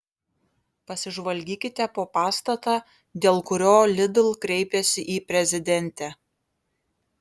pasižvalgykite po pastatą dėl kurio lidl kreipėsi į prezidentę